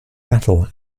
battle